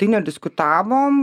tai nediskutavom